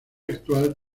actual